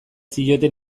zioten